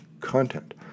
content